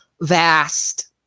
vast